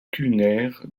culinaire